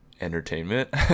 entertainment